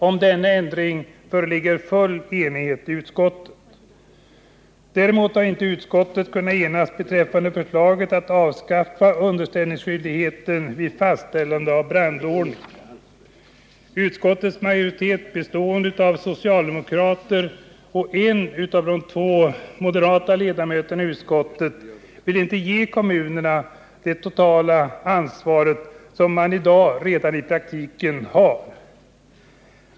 Om denna ändring föreligger full enighet i utskottet. Däremot har inte utskottet kunnat enas beträffande förslaget att avskaffa underställningsskyldigheten vid fastställande av brandordningen. Utskottets majoritet, bestående av socialdemokrater och en av moderaternas två ledamöter i utskottet, vill inte ge kommunerna det totala ansvar som de redan i dag har i praktiken.